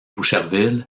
boucherville